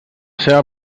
seva